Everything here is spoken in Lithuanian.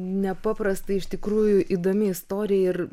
nepaprastai iš tikrųjų įdomi istorija ir